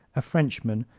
a frenchman,